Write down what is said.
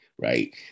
right